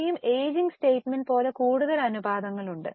ഇനിയും ageing statement പോലെ കൂടുതൽ അനുപാതങ്ങൾ ഉണ്ട്